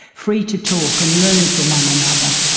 free to talk and learn from one another,